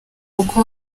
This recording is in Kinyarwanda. kuko